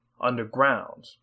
underground